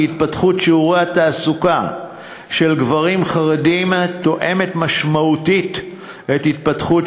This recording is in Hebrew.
כי התפתחות שיעורי התעסוקה של גברים חרדים תואמת משמעותית את התפתחות